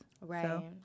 Right